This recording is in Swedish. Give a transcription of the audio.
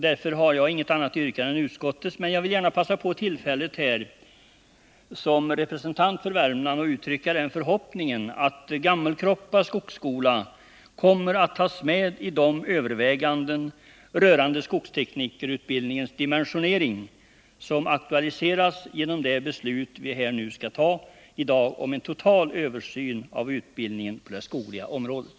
Därför har jag inget annat yrkande än utskottets, men jag vill gärna passa på tillfället att som representant för Värmland uttrycka den förhoppningen att Gammelkroppa skogsskola kommer att tas med i de överväganden rörande skogsteknikerutbildningens dimensionering som aktualiseras genom det beslut vi skall fatta nu i dag om en total översyn av utbildningen på det skogliga området.